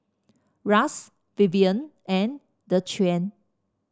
Ras Vivien and Dequan